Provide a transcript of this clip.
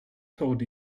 told